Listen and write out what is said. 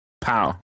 Pow